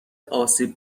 آسیب